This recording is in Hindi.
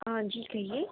हाँ जी कहिए